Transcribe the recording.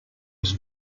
was